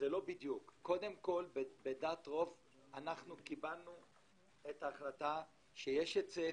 בדעת רוב קיבלנו את ההחלטה שיש היצף,